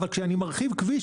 כשאני מרחיב כביש,